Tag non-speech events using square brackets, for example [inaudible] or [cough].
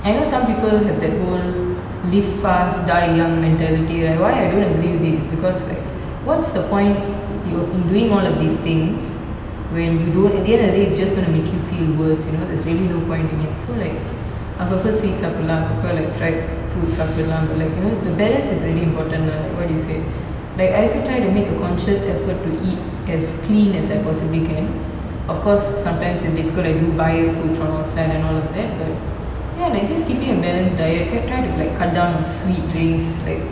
I know some people have that whole live fast die young mentality right why I don't agree with it is because like what's the point i~ lo~ in doing all of these things when you don't at the end of the day it's just going to make you feel worse you know there's really no point damn it so like [noise] அப்பப்போ:appappo like fried foods சாப்பிடலாம்அப்பப்போ:sapidalam appappo but like you know the balance is really important lah like what you said like I also try to make a conscious effort to eat as clean as I possibly can of course sometimes i~ difficult I do buy food from outside and all of that but ya like just keeping a balanced diet cu~ try to like cut down on sweet drinks like